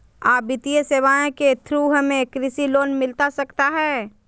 आ वित्तीय सेवाएं के थ्रू हमें कृषि लोन मिलता सकता है?